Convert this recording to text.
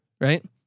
right